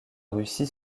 russie